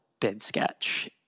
BidSketch